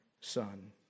son